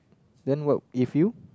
then what if you